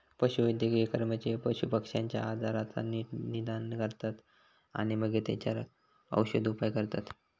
पशुवैद्यकीय कर्मचारी पशुपक्ष्यांच्या आजाराचा नीट निदान करतत आणि मगे तेंच्यावर औषदउपाय करतत